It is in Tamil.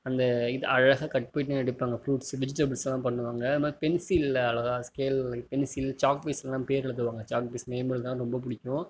அந்த இது அழகாக கட் பண்ணி எடுப்பாங்க ஃப்ரூட்ஸ் பண்ணிவிஜிடபுள்ஸ்லாம் பண்ணுவாங்க அதமாதிரி பென்சிலில் அழகாக ஸ்கேல் பென்சில் சாக்பீஸ்லலாம் பேர் எழுதுவாங்க சாக்பீஸில் நேம் எழுதுனா ரொம்ப பிடிக்கும்